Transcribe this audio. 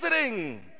visiting